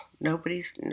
nobody's